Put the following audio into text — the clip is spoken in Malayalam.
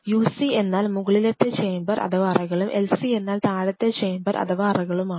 UC എന്നാൽ മുകളിലെ ചേംബർ അഥവാ അറകളും LC എന്നാൽ എന്നാൽ താഴത്തെ ചേംബർ അഥവാ അറകളുമാണ്